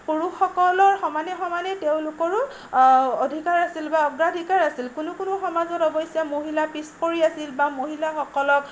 পুৰুষসকলৰ সমানে সমানে তেওঁলোকৰো অধিকাৰ আছিল বা অগ্ৰাধিকাৰ আছিল কোনো কোনো সমাজত অৱশ্যে মহিলা পিছপৰি আছিল বা মহিলাসকলক